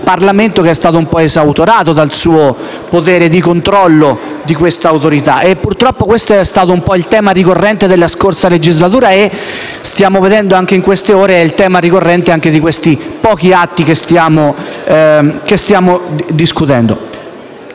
Parlamento che è stato un po' esautorato dal suo potere di controllo. Purtroppo, questo è stato un po' il tema ricorrente della scorsa legislatura e, come stiamo vedendo anche in queste ore, è il tema ricorrente anche di questi pochi atti che stiamo discutendo.